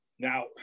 Now